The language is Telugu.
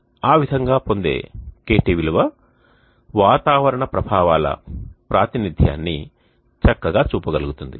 ఆ విధంగా పొందే KT విలువ వాతావరణ ప్రభావాల ప్రాతినిధ్యాన్ని చక్కగా చూపగలుగుతుంది